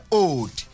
old